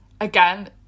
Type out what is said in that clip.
again